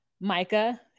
Micah